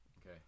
okay